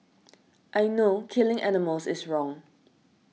I know killing animals is wrong